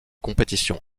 compétitions